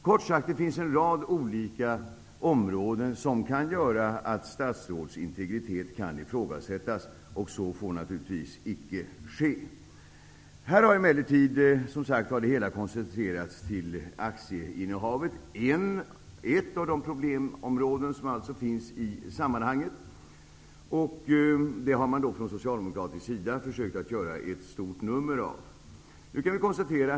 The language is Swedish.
Kort sagt: Det finns en rad olika områden som kan göra att statsråds integritet kan ifrågasättas, och det får naturligtvis icke ske. Här har emellertid det hela, som sagt, koncentrerats till aktieinnehavet -- ett av problemområdena i det här sammanhanget. Från socialdemokratisk sida har man försökt göra att stort nummer av detta.